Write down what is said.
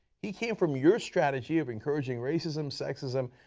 he came from your strategy of encouraging racism, sexism,